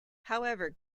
however